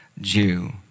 Jew